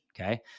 okay